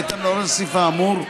בהתאם להוראות הסעיף האמור,